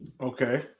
Okay